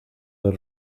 del